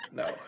no